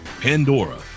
Pandora